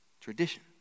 Tradition